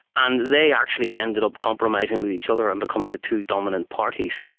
and they actually ended up compromising with each other and becoming the two dominant parties.